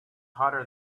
hotter